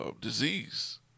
disease